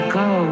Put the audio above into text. go